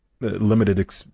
limited